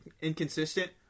inconsistent